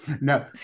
no